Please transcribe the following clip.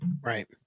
Right